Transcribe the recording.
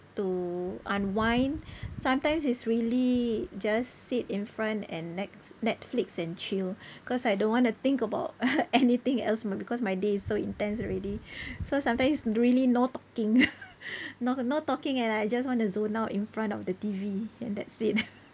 to unwind sometimes it's really just sit in front and net~ Netflix and chill cause I don't want to think about anything else because my day is so intense already so sometimes really no talking no no talking and I just want to zone out in front of the T_V and that's it